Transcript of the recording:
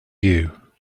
you